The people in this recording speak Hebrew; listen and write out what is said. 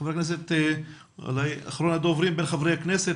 ח"כ סעדי הוא אחרון הדוברים מחברי הכנסת,